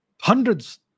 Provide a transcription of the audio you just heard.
Hundreds